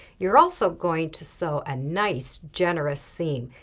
you're also going to sew a nice generous seam,